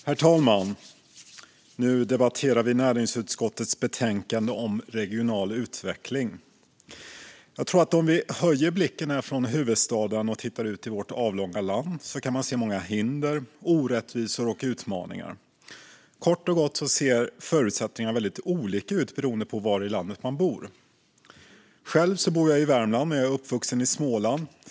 Herr talman! Nu debatterar vi näringsutskottets betänkande om regional utveckling. Om vi höjer blicken från huvudstaden och tittar ut i vårt avlånga land kan vi se många hinder, orättvisor och utmaningar. Kort och gott ser förutsättningarna väldigt olika ut beroende på var i landet man bor. Själv bor jag i Värmland, men jag är uppvuxen i Småland.